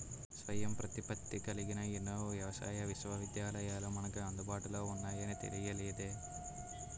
స్వయం ప్రతిపత్తి కలిగిన ఎన్నో వ్యవసాయ విశ్వవిద్యాలయాలు మనకు అందుబాటులో ఉన్నాయని తెలియలేదే